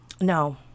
No